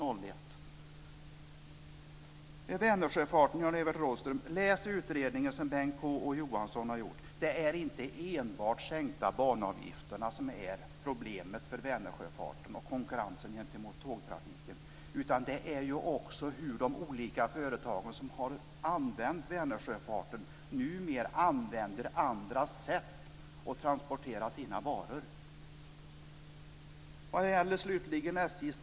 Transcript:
När det gäller Vänersjöfarten vill jag uppmana Jan-Evert Rådhström att läsa utredningen som Bengt K Å Johansson har gjort. Det är inte enbart de sänkta banavgifterna som är problemet för Vänersjöfarten och dess konkurrens med tågtrafiken. Det är också att de olika företag som har använt Vänersjöfarten numera transporterar sina varor på andra sätt.